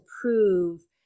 prove